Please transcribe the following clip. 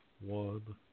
one